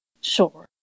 Sure